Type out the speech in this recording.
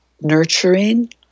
nurturing